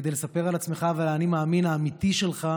וכדי לספר על עצמך ועל האני-מאמין האמיתי שלך